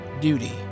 duty